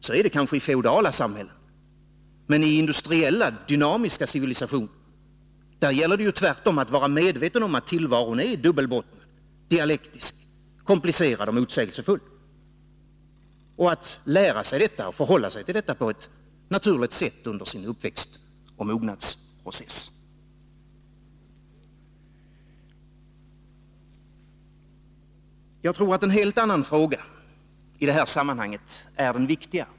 Så är det kanske i feodala samhällen, men i industriella, dynamiska civilisationer gäller det tvärtom att vara medveten om att tillvaron är dubbelbottnad, dialektisk, komplicerad och motsägelsefull och att förhålla sig till detta på ett naturligt sätt under sin uppväxt och mognadsprocess. Jag tror att en helt annan fråga i det här sammanhanget är den viktiga.